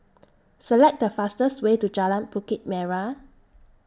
Select The fastest Way to Jalan Bukit Merah